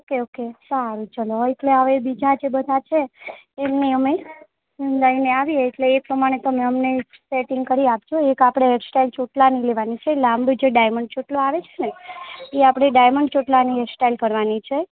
okay okay સારું ચાલો એટલે હવે બીજા જે બધા છે એમને અમે લઈને આવીએ એટલે એ પ્રમાણે તમે એમની સેટીંગ કરી આપજો એક આપણે હેરસ્ટાઇલ ચોટલાની લેવાની છે લાંબો જે ડાયમંડ ચોટલો આવે છે ને એ આપણે ડાયમંડ ચોટલાની હેર સ્ટાઇલ કરવાની છે